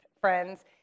friends